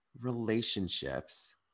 relationships